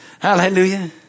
Hallelujah